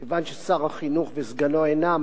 כיוון ששר החינוך וסגנו אינם,